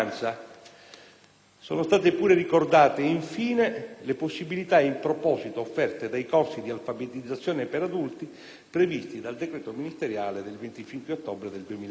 Sono state pure ricordate, infine, le possibilità in proposito offerte dai corsi di alfabetizzazione per adulti, previsti dal decreto ministeriale del 25 ottobre 2007.